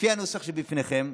לפי הנוסח שבפניכם,